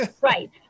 right